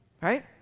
right